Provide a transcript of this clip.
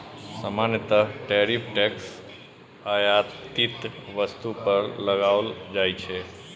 सामान्यतः tariff tax आयातित वस्तु पर लगाओल जाइ छै